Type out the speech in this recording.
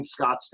Scottsdale